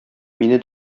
мине